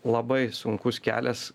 labai sunkus kelias